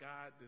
God